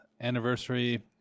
anniversary